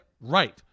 right